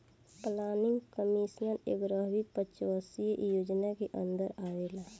planning commission एग्यारहवी पंचवर्षीय योजना के अन्दर आवेला